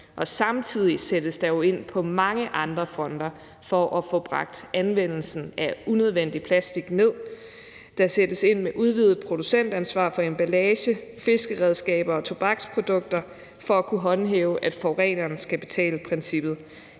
og samtidig sættes der ind på mange andre fronter for at få bragt anvendelsen af unødvendig plastik ned. Der sættes ind med udvidet producentansvar for emballage, fiskeredskaber og tobaksprodukter for at kunne håndhæve forureneren betaler-princippet.